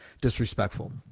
disrespectful